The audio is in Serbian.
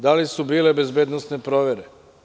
Da li su bile bezbednosne provere?